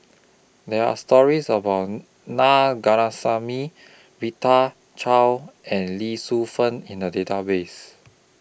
There Are stories about Na Rita Chao and Lee Shu Fen in The Database